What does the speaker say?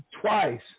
twice